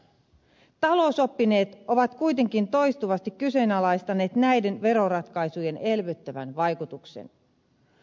talousoppineet ovat kuitenkin toistuvasti kyseenalaistaneet näiden veroratkaisujen elvyttävän vaikutuksen